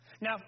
Now